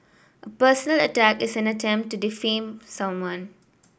a personal attack is an attempt to defame someone